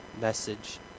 message